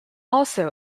also